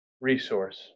resource